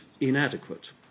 inadequate